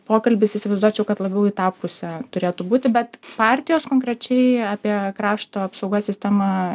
pokalbis įsivaizduočiau kad labiau į tą pusę turėtų būti bet partijos konkrečiai apie krašto apsaugos sistemą